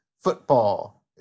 football